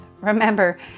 Remember